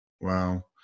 Wow